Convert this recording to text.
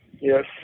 Yes